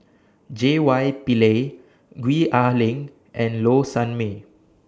J Y Pillay Gwee Ah Leng and Low Sanmay